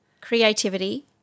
creativity